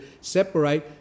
separate